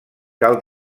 cal